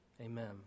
Amen